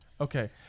okay